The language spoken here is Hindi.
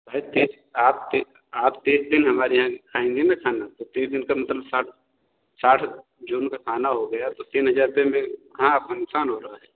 भई तीस आप तीस आप तीस दिन हमारे यहाँ खाना खाएंगे ना खाना तो तीस दिन का मतलब साठ साठ जन का खाना हो गया तो तीन हजार रुपे में कहाँ नुकसान हो रहा है